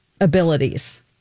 abilities